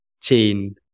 chain